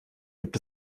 gibt